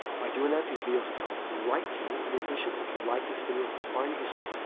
by doing that, these videos will come right to you. in addition, if you like this video, if you find it useful,